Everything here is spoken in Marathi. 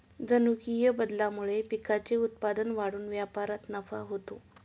जनुकीय बदलामुळे पिकांचे उत्पादन वाढून व्यापारात नफा होतो